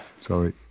sorry